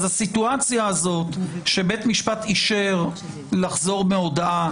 הסיטואציה הזאת שבית משפט אישר לחזור מהודאה